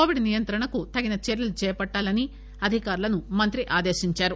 Covid నియంత్రణకు తగు చర్యలు చేపట్లాలని అధికారులను మంత్రి ఆదేశించారు